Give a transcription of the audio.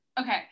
okay